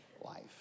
life